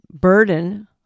burden